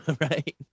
Right